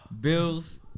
Bills